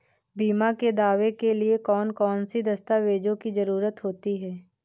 बीमा के दावे के लिए कौन कौन सी दस्तावेजों की जरूरत होती है?